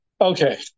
okay